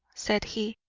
said he,